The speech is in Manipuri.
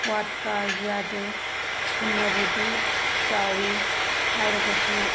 ꯋꯥꯠꯄ ꯌꯥꯗꯦ ꯊꯨꯅꯕꯨꯗꯤ ꯆꯥꯎꯏ ꯍꯥꯏꯔꯒꯁꯨ